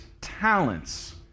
talents